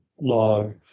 log